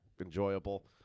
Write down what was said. Enjoyable